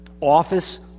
office